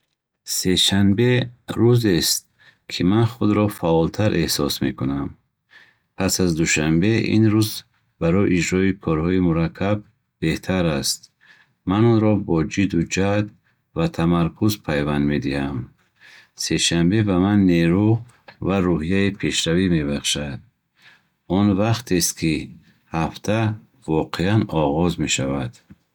Сешанбе рӯзест, ки ман худро фаъолтар эҳсос мекунам. Пас аз душанбе, ин рӯз барои иҷрои корҳои мураккаб беҳтар аст. Ман онро бо ҷидду ҷаҳд ва тамаркуз пайванд медиҳам. Сешанбе ба ман нерӯ ва рӯҳияи пешравӣ мебахшад. Он вақтест, ки ҳафта воқеан оғоз мешавад.